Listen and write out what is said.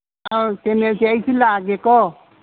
ꯑꯧ ꯊꯦꯡꯅꯁꯤ ꯑꯩꯁꯨ ꯂꯥꯛꯑꯒꯦꯀꯣ